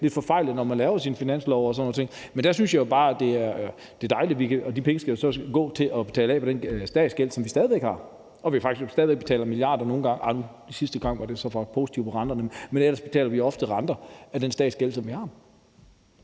lidt forfejlet, når man laver sin finanslov, og sådan nogle ting. Men der synes jeg jo bare, at det er dejligt, og de penge skal jo så gå til at betale af på den statsgæld, som vi stadig væk har, og hvor vi faktisk stadig væk betaler milliarder – sidste gang var det så positivt i forhold til renterne, men ellers betaler vi ofte renter af den statsgæld, som vi har.